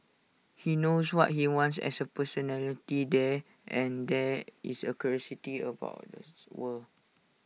he knows what he wants as A personality there and there is A curiosity about that's world